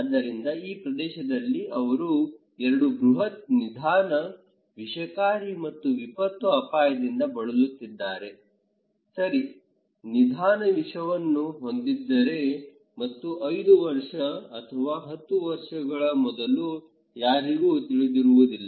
ಆದ್ದರಿಂದ ಈ ಪ್ರದೇಶದಲ್ಲಿ ಅವರು 2 ಬೃಹತ್ ನಿಧಾನ ವಿಷಕಾರಿ ಮತ್ತು ವಿಪತ್ತು ಅಪಾಯದಿಂದ ಬಳಲುತ್ತಿದ್ದಾರೆ ಸರಿ ನಿಧಾನ ವಿಷವನ್ನು ಹೊಂದಿದ್ದೀರಿ ಮತ್ತು 5 ವರ್ಷ ಅಥವಾ 10 ವರ್ಷಗಳ ಮೊದಲು ಯಾರಿಗೂ ತಿಳಿದಿರುವುದಿಲ್ಲ